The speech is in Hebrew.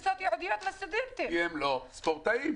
התקנות הועברו לכנסת ב-18 לחודש ונכנסו לתוקף ב-21 לחודש.